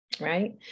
right